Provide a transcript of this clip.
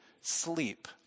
sleep